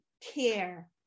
care